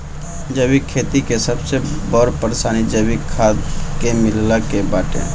जैविक खेती के सबसे बड़ परेशानी जैविक खाद के मिलला के बाटे